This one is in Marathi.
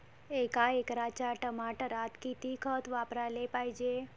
एका एकराच्या टमाटरात किती खत वापराले पायजे?